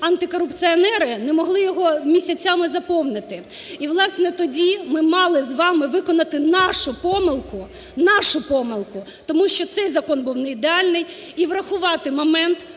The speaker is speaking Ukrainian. антикорупціонери, не могли його місяцями заповнити. І, власне, тоді ми мали з вами виконати нашу помилку, нашу помилку, тому що цей закон був неідеальний, і врахувати момент